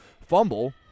fumble